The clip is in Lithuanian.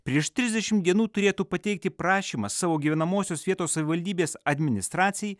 prieš trisdešimt dienų turėtų pateikti prašymą savo gyvenamosios vietos savivaldybės administracijai